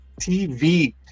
TV